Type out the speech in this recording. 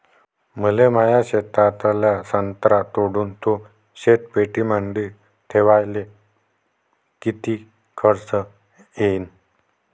मले माया शेतातला संत्रा तोडून तो शीतपेटीमंदी ठेवायले किती खर्च येईन?